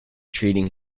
treating